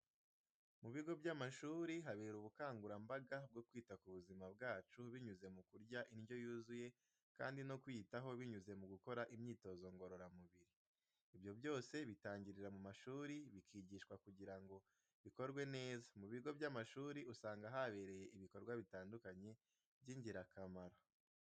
Mu bigo by'amashuri habera ubukangurambaga bwo kwita ku buzima bwacu, binyuze mu kurya indyo yuzuye kandi no kwiyitaho binyuze mu gukora imyitozo ngororamubiri. Ibyo byose bitangirira mu mashuri bikigishwa kugira ngo bikorwe neza, mu bigo by'amashuri usanga habereye ibikorwa bitandukanye byingirakamaro.